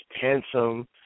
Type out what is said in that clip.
handsome